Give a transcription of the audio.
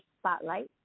spotlight